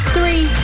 Three